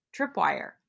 tripwire